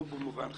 לא רק חלשה,